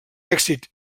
èxit